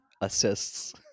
assists